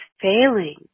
failing